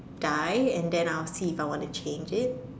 die and then I will see if I want to change it